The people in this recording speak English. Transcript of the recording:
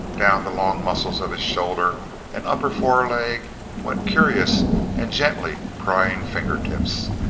down the long muscles of his shoulder and upper foreleg went curious and gently prying finger-tips,